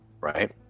Right